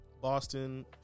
Boston